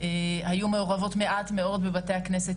היו מעורבות מעט מאוד בבתי הכנסת,